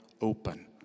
open